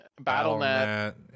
Battle.net